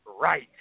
Right